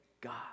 God